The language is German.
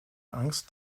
angst